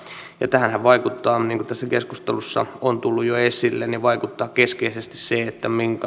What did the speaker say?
tähänhän vaikuttaa niin kuin tässä keskustelussa on tullut jo esille keskeisesti se